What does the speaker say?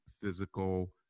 physical